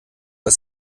ist